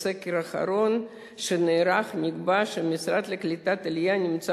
בסקר האחרון שנערך נקבע שהמשרד לקליטת העלייה נמצא